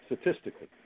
statistically